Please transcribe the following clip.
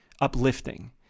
uplifting